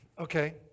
Okay